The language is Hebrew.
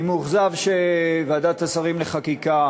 אני מאוכזב שוועדת השרים לחקיקה